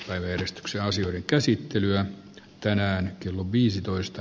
päivystyksiä asioiden käsittelyä tänään kello viisitoista